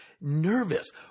nervous